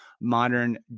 modern